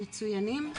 מצוינים,